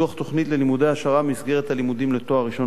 ללימודי העשרה במסגרת הלימודים לתואר ראשון בישראל,